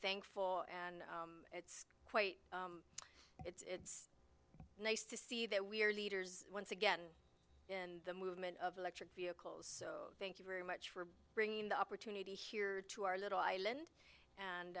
thankful and it's quite it's nice to see that we are leaders once again in the movement of electric vehicles so thank you very much for bringing the opportunity here to our little island and